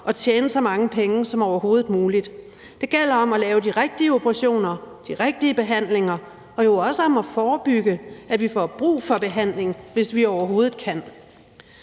og tjene så mange penge som overhovedet muligt. Det gælder om at lave de rigtige operationer og de rigtige behandlinger – og jo også om at forebygge, at vi får brug for behandling, hvis vi overhovedet kan.